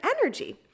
energy